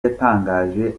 yatangaje